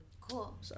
cool